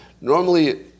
Normally